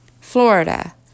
Florida